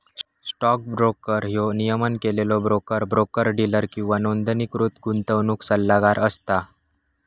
stock broker ह्यो नियमन केलेलो ब्रोकर, ब्रोकर डीलर किंवा नोंदणीकृत गुंतवणूक सल्लागार असता